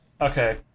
Okay